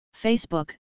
Facebook